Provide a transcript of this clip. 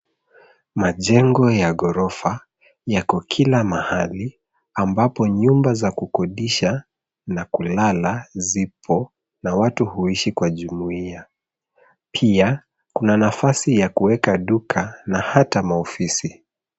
Majengo ya ghorofa yako kila mahali, ambapo nyumba za kukodisha na kulala zipo, na watu huishi kwa jumuia. Pia, kuna nafasi ya kuweka duka na hata maofisi.